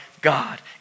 God